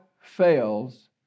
fails